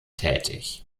tätig